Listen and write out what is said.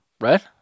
right